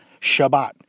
Shabbat